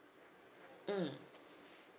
mm